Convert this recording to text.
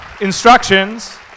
Instructions